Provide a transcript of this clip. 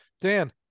Dan